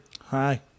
hi